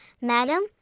madam